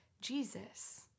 Jesus